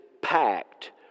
packed